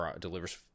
delivers